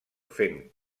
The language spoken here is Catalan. fent